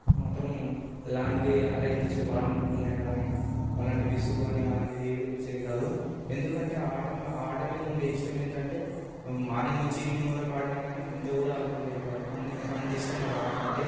మాత్రం ఎలాంటి అరేయ్ ఇంతసేపు ఆడినం కదా అని అలాంటి విసుగు అని అలాంటిది ఏది వచ్చే ది కాదు ఎందుకంటే ఆట ఆట మీద ఉండే ఇష్టం ఏంటంటే మేము మార్నింగ్ నుంచి ఈవినింగ్ వరకు ఆడినా కానీ ఇంత కూడా అలుపు ఉండేది కాదు అతి ఇష్టం నాకు ఆ ఆట అంటే